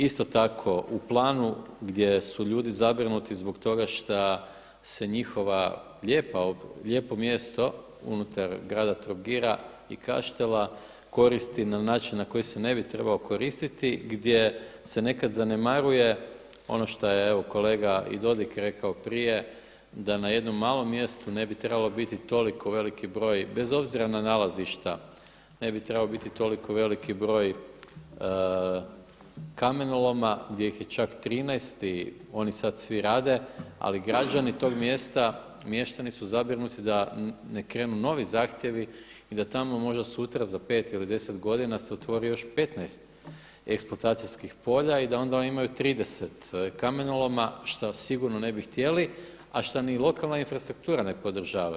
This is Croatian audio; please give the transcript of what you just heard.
Isto tako u Planu gdje su ljudi zabrinuti zbog toga šta se njihova lijepo mjesto unutar grada Trogira i Kaštela koristi na način a koji se ne bi trebao koristiti gdje se nekad zanemaruje ono šta je evo kolega i Dodig rekao prije da na jednom malom mjestu ne bi trebao biti toliko veliki broj bez obzira na nalazišta, ne bi trebao biti toliko veliki broj kamenoloma gdje ih je čak 13 i oni sada svi rade, ali građani tog mjesta, mještani su zabrinuti da ne krenu novi zahtjevi i da tamo možda sutra, za 5 ili 10 godina se otvori još 15 eksploatacijskih polja i da onda oni imaju 30 kamenoloma šta sigurno ne bi htjeli a šta ni lokalna infrastruktura ne podržava.